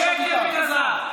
שקר וכזב.